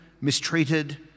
mistreated